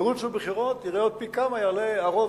ירוצו בחירות ותראה עוד פי כמה יעלה הרוב.